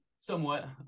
Somewhat